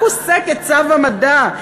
רק עושה כצו המדע.